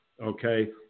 okay